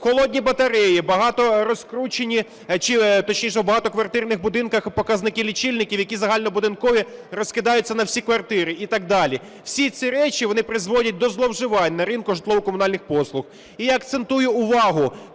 Холодні батареї… точніше, в багатоквартирних будинках показники лічильників, які загальнобудинкові, розкидаються на всі квартири і так далі. Всі ці речі вони призводять до зловживань на ринку житлово-комунальних послуг. І акцентую увагу.